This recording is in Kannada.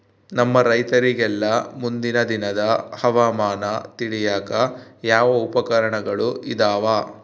ನಮ್ಮ ರೈತರಿಗೆಲ್ಲಾ ಮುಂದಿನ ದಿನದ ಹವಾಮಾನ ತಿಳಿಯಾಕ ಯಾವ ಉಪಕರಣಗಳು ಇದಾವ?